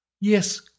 Yes